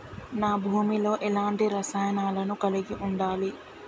నా భూమి లో ఎలాంటి రసాయనాలను కలిగి ఉండాలి?